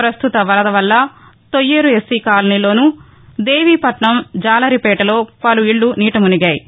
పస్తుత వరద వల్ల తొయ్యేరు ఎస్పీ కాలనీలోను దేవీపట్నం జాలరిపేటలో పలు ఇళ్లు నీట మునిగాయి